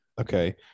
okay